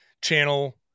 Channel